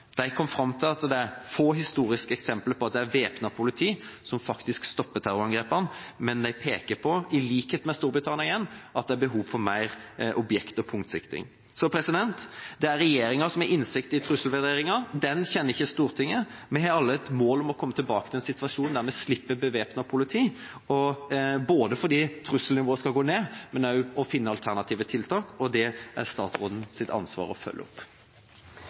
De kom fram til at det er få historiske eksempel på at det er væpnet politi som faktisk stopper terrorangrepene, men de peker på – igjen i likhet med Storbritannia – at det er behov for mer objekt- og punktsikring. Det er regjeringa som har innsikt i trusselvurderingen, Stortinget kjenner ikke den. Vi har alle et mål om å komme tilbake til en situasjon der en slipper å ha bevæpnet politi – både å få trusselnivået til å gå ned og finne alternative tiltak. Dette er det statsrådens ansvar å følge opp.